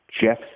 Jeff